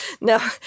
No